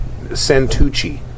Santucci